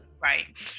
right